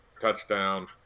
touchdown